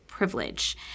privilege